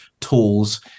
tools